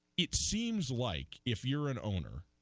it seems like if you're an owner